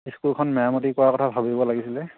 স্কুলখন মেৰামতি কৰাৰ কথা ভাবিব লাগিছিলে